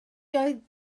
doedd